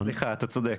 סליחה, אתה צודק.